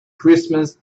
christmas